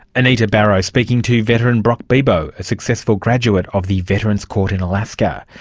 anita barraud speaking to veteran brock bebout, a successful graduate of the veterans' court in alaska.